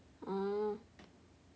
oh